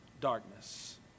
darkness